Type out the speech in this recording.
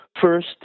First